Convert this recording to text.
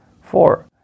Four